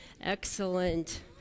Excellent